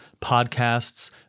podcasts